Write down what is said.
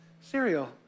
Cereal